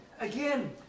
again